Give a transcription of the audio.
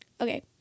okay